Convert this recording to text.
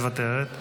מוותרת.